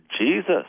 Jesus